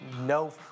no